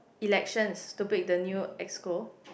elections to pick the new Exco